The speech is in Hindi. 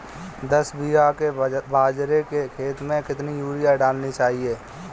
दस बीघा के बाजरे के खेत में कितनी यूरिया डालनी चाहिए?